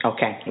Okay